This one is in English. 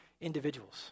individuals